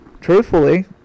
Truthfully